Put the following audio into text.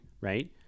Right